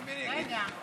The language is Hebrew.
אפשר להצביע?